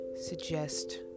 suggest